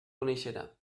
coneixerà